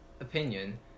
opinion